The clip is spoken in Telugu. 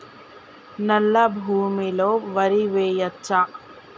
నల్లా భూమి లో వరి వేయచ్చా?